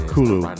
Kulu